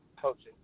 coaching